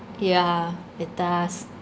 yeah it does